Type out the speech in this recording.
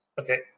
okay